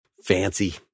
fancy